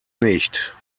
nicht